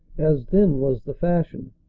as then was the fashion